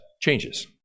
changes